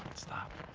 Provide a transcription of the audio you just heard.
stop.